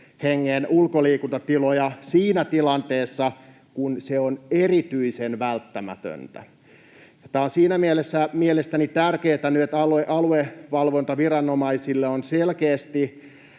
hengen ulkoliikuntatiloja siinä tilanteessa, kun se on erityisen välttämätöntä. Tämä on mielestäni tärkeää nyt siinä mielessä, että aluevalvontaviranomaisilla on selkeästi